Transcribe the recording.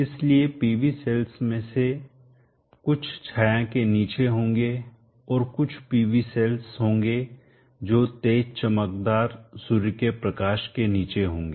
इसलिए PV cells में से कुछ छाया के नीचे होंगे और कुछ PV सेल्स होंगे जो तेज चमकदार सूर्य के प्रकाश के नीचे होंगे